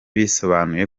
bisobanuye